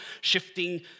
shifting